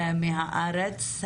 מ'הארץ'.